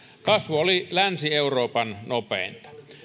kasvu oli länsi euroopan nopeinta